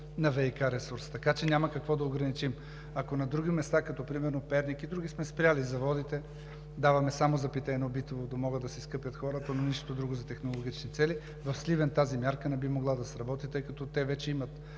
на ВиК, така че няма какво да ограничим. Ако на други места, като примерно Перник и други сме спрели заводите, даваме само за питейно-битово, да могат да се изкъпят хората, но нищо друго за технологични цели, в Сливен тази мярка не би могла да сработи, тъй като те вече имат